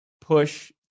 push